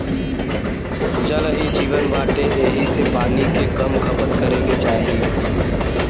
जल ही जीवन बाटे एही से पानी के कम खपत करे के चाही